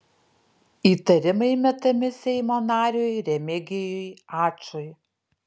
įtarimai metami seimo nariui remigijui ačui